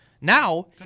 now